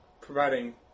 providing